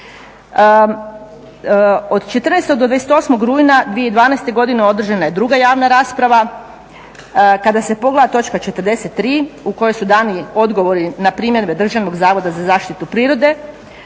Od 14. do 28. rujna 2012. godine održana je druga javna rasprava, kada se pogleda točka 43 u kojoj su dani odgovori na primjedbe Državnog zavoda za zaštitu prirode